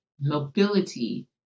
mobility